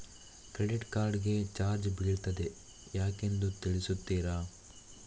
Credit card ಗೆ charge ಬೀಳ್ತಿದೆ ಯಾಕೆಂದು ತಿಳಿಸುತ್ತೀರಾ?